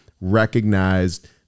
recognized